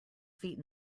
feet